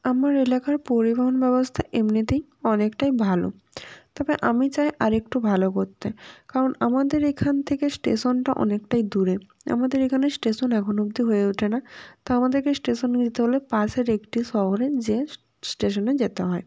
আমার এলাকার পরিবহন ব্যবস্থা এমনিতেই অনেকটাই ভালো তবে আমি চাই আরেকটু ভালো করতে কারণ আমাদের এখান থেকে স্টেশনটা অনেকটাই দূরে আমাদের এখানে স্টেশন এখনও অবধি হয়ে ওঠেনি তো আমাদেকে স্টেশন যেতে হলে পাশের একটি শহরে যেয়ে স্টেশনে যেতে হয়